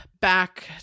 back